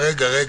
--- רגע,